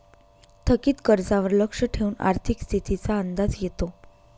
थकीत कर्जावर लक्ष ठेवून आर्थिक स्थितीचा अंदाज येतो